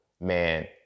man